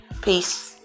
Peace